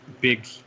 big